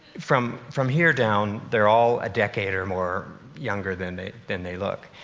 from from here down, they're all a decade or more younger than they than they look.